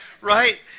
right